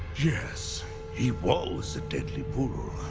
yes he was a deadly bull!